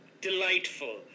Delightful